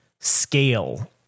scale